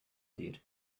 dir